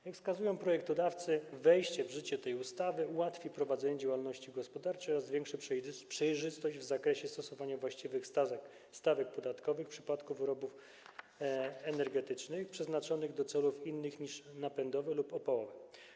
Jak wskazują projektodawcy, wejście w życie tej ustawy ułatwi prowadzenie działalności gospodarczej oraz zwiększy przejrzystość w zakresie stosowania właściwych stawek podatkowych w przypadku wyrobów energetycznych przeznaczonych do celów innych niż napędowe lub opałowe.